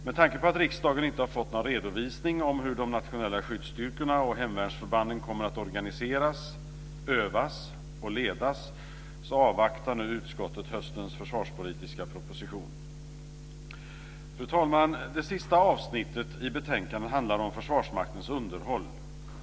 Med tanke på att riksdagen inte har fått någon redovisning om hur de nationella skyddsstyrkorna och hemvärnsförbanden kommer att organiseras, övas och ledas, avvaktar utskottet höstens försvarspolitiska proposition. Fru talman! Det sista avsnittet i betänkandet handlar om Försvarsmaktens underhåll.